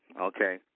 okay